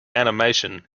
animation